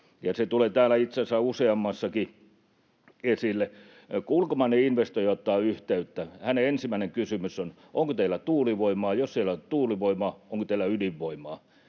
se tulee täällä itse asiassa useammassakin esille. Kun ulkomainen investoija ottaa yhteyttä, hänen ensimmäinen kysymyksensä on ”Onko teillä tuulivoimaa? Jos ei ole tuulivoimaa, onko teillä ydinvoimaa?”